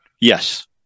yes